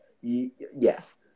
Yes